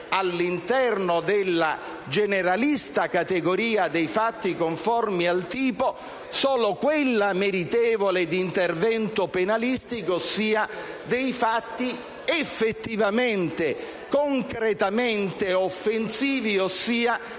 all'interno della generalista categoria dei fatti conformi al tipo, solo quella meritevole di intervento penalistico, ossia dei fatti effettivamente e concretamente offensivi e